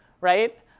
right